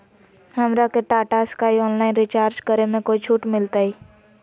हमरा के Tata Sky online recharge करे में कोई छूट मिलतई